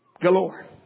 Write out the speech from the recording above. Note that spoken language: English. galore